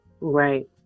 Right